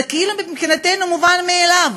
זה כאילו מבחינתנו מובן מאליו,